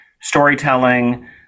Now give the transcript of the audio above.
storytelling